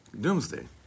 Doomsday